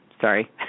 Sorry